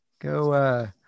go